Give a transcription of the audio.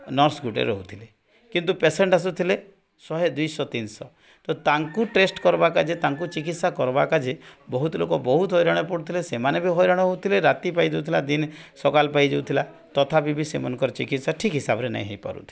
nurse ଗୋଟେ ରହୁଥିଲେ କିନ୍ତୁ ପେସେଣ୍ଟ ଆସୁଥିଲେ ଶହେ ଦୁଇଶହ ତିନିଶହ ତ ତାଙ୍କୁ ଟେଷ୍ଟ କରିବା ତାଙ୍କୁ ଚିକିତ୍ସା କରିବାକୁ ବହୁତ ଲୋକ ବହୁତ ହଇରାଣରେ ପଡ଼ୁଥିଲେ ସେମାନେ ବି ହଇରାଣ ହେଉଥିଲେ ରାତି ପାଇଯାଉଥିଲା ଦିନ ସକାଳ ପାଇଯାଉଥିଲା ତଥାପି ବି ସେମାନଙ୍କ ଚିକିତ୍ସା ଠିକ ହିସାବରେ ହୋଇପାରୁନଥିଲା